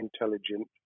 intelligent